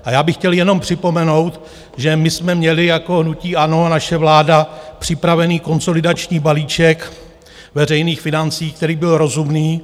A chtěl bych jenom připomenout, že my jsme měli jako hnutí ANO a naše vláda připravený konsolidační balíček veřejných financí, který byl rozumný.